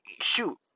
shoot